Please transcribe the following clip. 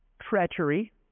treachery